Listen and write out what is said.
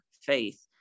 faith